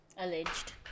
alleged